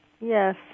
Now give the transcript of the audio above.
Yes